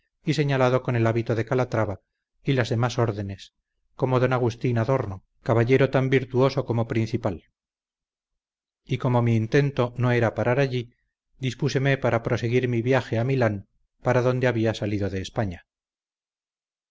y señalado con el hábito de calatrava y las demás órdenes como don agustín adorno caballero tan virtuoso como principal y como mi intento no era parar allí dispúseme para proseguir mi viaje a milán para donde había salido de españa